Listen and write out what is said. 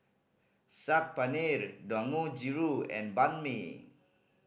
Saag Paneer Dangojiru and Banh Mi